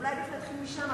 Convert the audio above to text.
ואולי דווקא להתחיל משם,